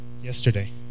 yesterday